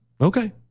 Okay